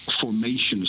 formations